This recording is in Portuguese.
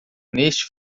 neste